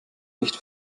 nicht